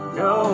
no